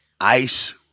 Ice